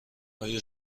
آیا